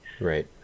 Right